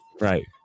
right